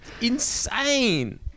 Insane